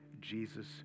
Jesus